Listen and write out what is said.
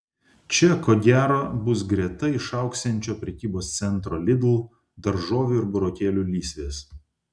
čia ko gero bus greta išaugsiančio prekybos centro lidl daržovių ir burokėlių lysvės